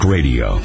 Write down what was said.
Radio